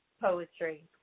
Poetry